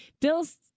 Bill's